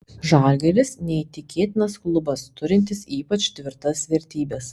žalgiris neįtikėtinas klubas turintis ypač tvirtas vertybes